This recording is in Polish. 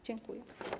Dziękuję.